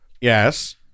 Yes